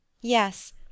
Yes